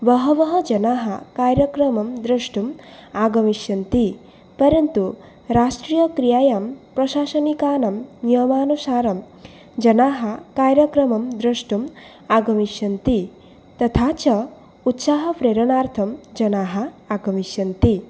बहवः जनाः कार्यक्रमं द्रष्टुम् आगमिष्यन्ति परन्तु राष्ट्रियक्रियायां प्रशासनिकानां नियमानुसारं जनाः कार्यक्रमं द्रष्टुम् आगमिष्यन्ति तथा च उत्साहप्रेरणार्थं जनाः आगमिष्यन्ति